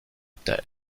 terre